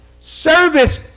service